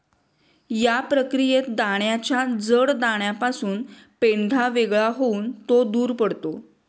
या प्रक्रियेत दाण्याच्या जड दाण्यापासून पेंढा वेगळा होऊन तो दूर पडतो